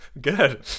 Good